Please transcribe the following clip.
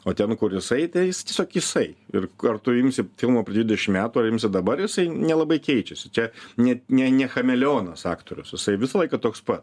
o ten kur jisai tai jis tiesiog jisai ir ar tu imsi filmą prieš dvidešim metų ar imsi dabar jisai nelabai keičiasi čia ne ne ne chameleonas aktorius jisai visą laiką toks pa